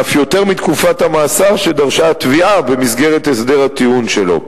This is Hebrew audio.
ואף יותר מתקופת המאסר שדרשה התביעה במסגרת הסדר הטיעון שלו.